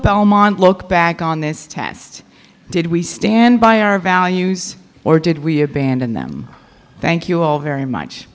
belmont look back on this test did we stand by our values or did we abandon them thank you all very much